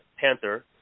Panther